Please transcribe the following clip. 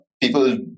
People